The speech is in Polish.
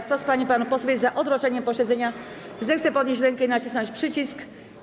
Kto z pań i panów posłów jest za odroczeniem posiedzenia, zechce podnieść rękę i nacisnąć przycisk.